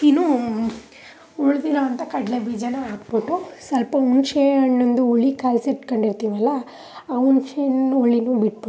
ಇನ್ನೂ ಉಳಿದಿರೋ ಅಂತ ಕಡಲೆಬೀಜನ ಹಾಕ್ಬಿಟ್ಟು ಸಲ್ಪ ಹುಣಸೇ ಹಣ್ಣಂದು ಹುಳಿ ಕಲಿಸಿಟ್ಕೊಂಡಿರ್ತೀವಲ್ಲ ಆ ಹುಣಸೆ ಹಣ್ಣು ಹುಳಿನೂ ಬಿಟ್ಬಿಟ್ಟು